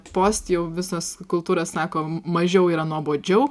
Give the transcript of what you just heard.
post jau visos kultūros sako mažiau yra nuobodžiau